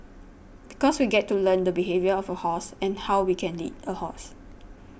because we get to learn the behaviour of a horse and how we can lead a horse